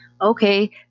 Okay